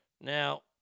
Now